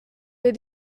wir